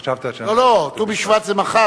חשבת, לא, לא, ט"ו בשבט זה מחר.